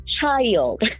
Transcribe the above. child